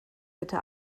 bitte